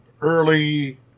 early